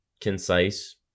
concise